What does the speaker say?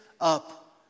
up